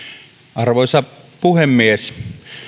arvoisa puhemies